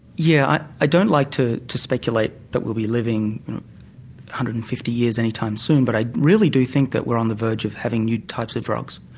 yeah i don't like to to speculate that we'll be living one hundred and fifty years any time soon but i really do think that we're on the verge of having new types of drugs.